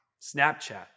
Snapchat